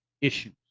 issues